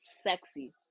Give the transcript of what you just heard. sexy